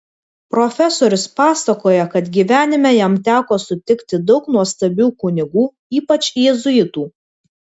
profesorius pasakoja kad gyvenime jam teko sutikti daug nuostabių kunigų ypač jėzuitų